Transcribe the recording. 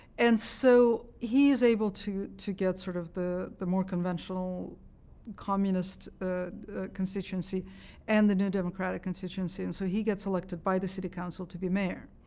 and so he is able to to get sort of the the more conventional communist constituency and the new democratic constituency, and so he gets elected by the city council to be mayor,